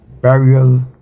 burial